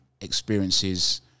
experiences